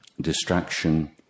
distraction